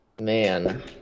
man